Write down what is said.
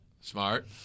Smart